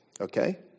Okay